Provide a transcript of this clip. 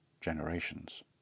generations